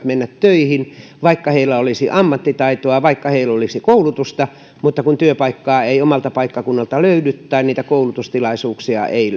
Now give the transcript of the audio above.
mennä töihin vaikka heillä olisi ammattitaitoa vaikka heillä olisi koulutusta mutta kun työpaikkaa ei omalta paikkakunnalta löydy tai koulutustilaisuuksia ei